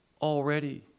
already